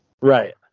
right